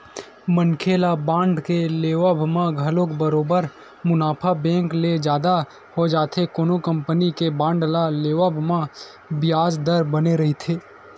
मनखे ल बांड के लेवब म घलो बरोबर मुनाफा बेंक ले जादा हो जाथे कोनो कंपनी के बांड ल लेवब म बियाज दर बने रहिथे